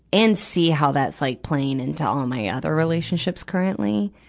and see how that's like playing into all my other relationships currently.